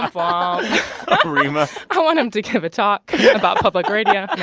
um um reema i want him to give a talk about public radio